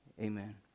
amen